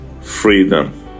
freedom